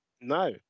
no